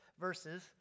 verses